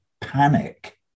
panic